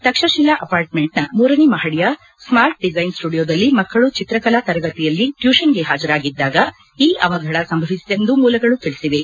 ತಕ್ಷತಿಲಾ ಅಪಾರ್ಟ್ಮೆಂಟ್ನ ಮೂರನೇ ಮಹಡಿಯ ಸ್ಮಾರ್ಟ್ ಡಿಸೈನ್ ಸ್ಟುಡಿಯೊದಲ್ಲಿ ಮಕ್ಕಳು ಚಿತ್ರಕಲಾ ತರಗತಿಯಲ್ಲಿ ಟ್ಲೂಷನ್ಗೆ ಹಾಜರಾಗಿದ್ದಾಗ ಈ ಅವಘಡ ಸಂಭವಿಸಿತೆಂದು ಮೂಲಗಳು ತಿಳಿಸಿವೆ